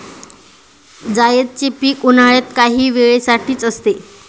जायदचे पीक उन्हाळ्यात काही वेळे साठीच असते